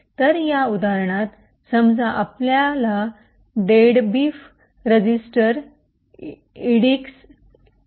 तर या उदाहरणात समजा आपल्याला " डेडबीफ" रजिस्टर इडीएक्स मध्ये हलवायचे आहे